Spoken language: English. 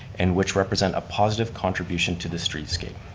and which represent a positive contribution to the streetscape.